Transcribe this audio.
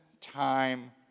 time